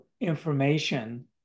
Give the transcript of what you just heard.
information